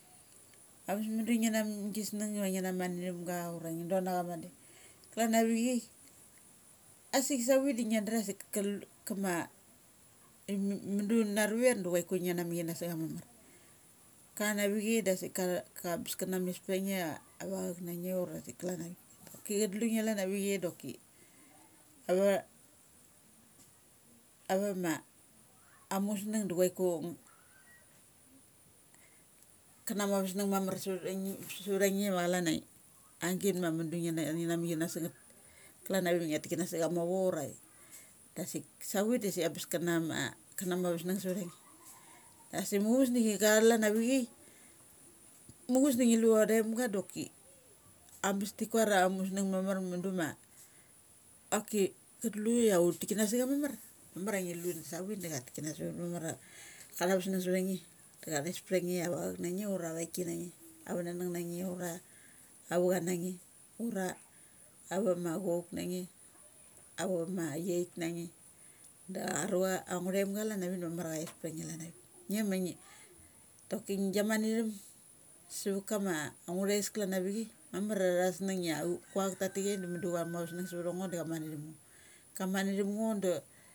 Am bes mudu ngi na ma gis nung ura ngi na matnatham ga ura ngi don acha madeng. Klan avichai, asik savit da ngia da asik kalu, kama im, mudu naru ar da chu aiku ngi na mik ka na sa cha mamar. Kanavi chai dasik katha ka ambes ka na me pa nge ia avauk na nge ura sik klan avik. Cha tlu nge chalan avi chai doki ava, ava ma amusnug da chuaiku nga kana mu avas nung mamar sava nge, sutha nge ma calan a agit ma mudu ngi na ngi ma mi chin na sangngeth klan avik tek kana sa cha mavo ura dasik savit dasik ambes kana ma, ambes kana mu ava sung sava nge. Asik mu chusdi cha chalan avicha, mu chus da ngi lu athaim ga doki ambes ti kuar a ava musnung mamar mudu ma choki chatlu la uti king sa cha mamar, mamara ngi lu da savit da chatik kana su ut mamar. Ka tha vusnung sutha nge da cha these ptha nge ia ava chuk na nge ura avik ki na nge. Ava na nuk na nge da ava cha na nge ura ava ava ma achu ouk na nge avama aichiak na nge. Da aruch a ang ngu thaim ga chalan avik da mamar kais ptha nge chalan aviki. Nge ma ngit toki ngia mathithim sava kama angngu thais klan avichai, ma mar a thusnung ia guak tati chai da mudu cha mu avasnung savtha ngo da cha mat na thim ngo. Ka mat na thum ngo da.